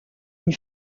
une